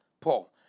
Paul